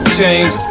change